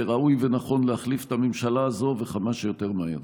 וראוי ונכון להחליף את הממשלה הזאת וכמה שיותר מהר.